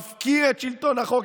מפקיר את שלטון החוק.